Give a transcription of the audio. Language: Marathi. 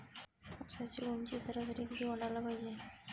ऊसाची ऊंची सरासरी किती वाढाले पायजे?